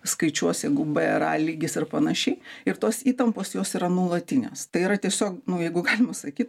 skaičiuos jeigu b ar a lygis ir panašiai ir tos įtampos jos yra nuolatinės tai yra tiesiog nu jeigu galima sakyt